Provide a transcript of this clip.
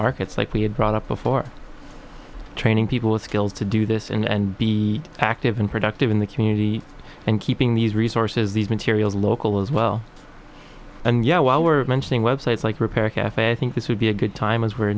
markets like we had brought up before training people with skills to do this and be active and productive in the community and keeping these resources these materials local as well and you know while we're mentioning websites like repair a cafe i think this would be a good time as we're